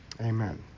Amen